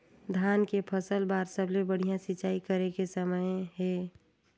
धान के फसल बार सबले बढ़िया सिंचाई करे के समय हे?